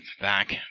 back